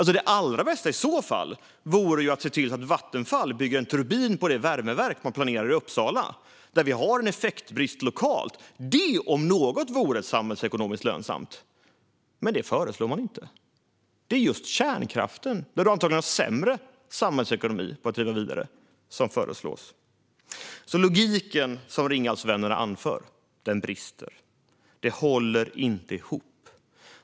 Det allra bästa i så fall vore ju att se till att Vattenfall bygger en turbin på det värmeverk som man planerar i Uppsala, där vi har en effektbrist lokalt. Det om något vore samhällsekonomiskt lönsamt. Men det föreslår man inte. Det är just kärnkraften, som det antagligen är en sämre samhällsekonomi i att driva vidare, som föreslås. Logiken som Ringhalsvännerna anför brister därför. Det håller inte ihop.